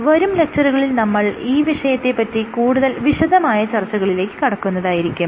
വരും ലെക്ച്ചറുകളിൽ നമ്മൾ ഈ വിഷയത്തെ പറ്റി കൂടുതൽ വിശദമായ ചർച്ചകളിലേക്ക് കടക്കുന്നതായിരിക്കും